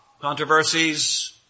controversies